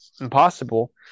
impossible